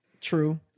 True